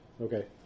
Okay